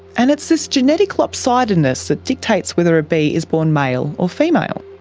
and it's this genetic lopsidedness that dictates whether a bee is born male or female.